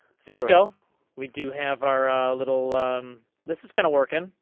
cisco we do have our little this is going to work in.